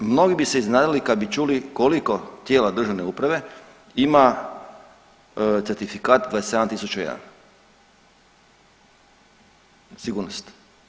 Mnogi bi se iznenadili kad bi čuli koliko tijela državne uprave ima certifikat 27001 sigurnost.